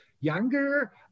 younger